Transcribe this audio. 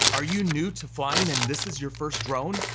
are you new to flying and this is your first drone?